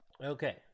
Okay